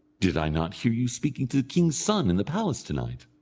did i not hear you speaking to the king's son in the palace to-night?